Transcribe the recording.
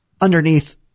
underneath